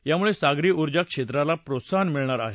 यामुळे सागरी उर्जा क्षेत्राला प्रोत्साहन मिळणार आहे